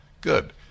Good